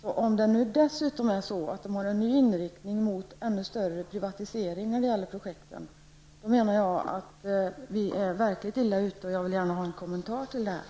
Om det nu dessutom är så att man har en ny inriktning mot ännu större privatisering när det gäller projekten, så menar jag att vi är verkligt illa ute. Jag vill gärna ha en kommentar till detta.